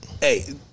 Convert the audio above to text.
Hey